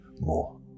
more